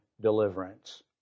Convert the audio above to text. deliverance